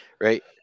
Right